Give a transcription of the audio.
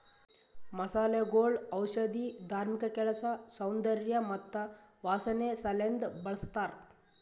ಮಸಾಲೆಗೊಳ್ ಔಷಧಿ, ಧಾರ್ಮಿಕ ಕೆಲಸ, ಸೌಂದರ್ಯ ಮತ್ತ ವಾಸನೆ ಸಲೆಂದ್ ಬಳ್ಸತಾರ್